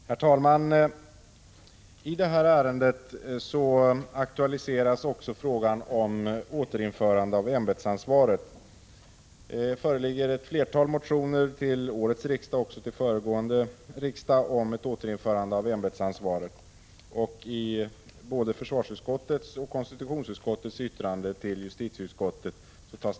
Herr talman! I detta ärende aktualiseras också frågan om återinförande av ämbetsansvaret. Det föreligger ett flertal motioner till årets riksmöte, liksom till föregående riksmöte, om återinförande av ämbetsansvaret. Denna fråga tas upp i både försvarsutskottets och konstitutionsutskottets yttranden till justitieutskottet.